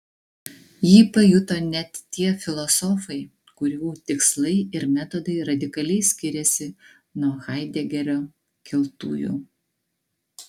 jį pajuto net tie filosofai kurių tikslai ir metodai radikaliai skiriasi nuo haidegerio keltųjų